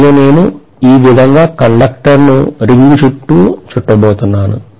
మరియు నేను ఈ విధంగా కండక్టర్ను రింగ్ చుట్టూ చుట్టబోతున్నాను